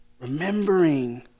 remembering